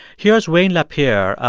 here's wayne lapierre,